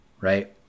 right